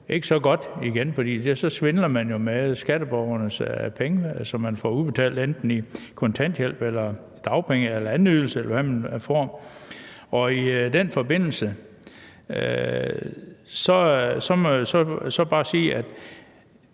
ikke så godt igen, for så svindler man jo med skatteborgernes penge, som man får udbetalt i enten kontanthjælp eller dagpenge, anden ydelse, eller hvad man nu får. I den forbindelse må man bare sige,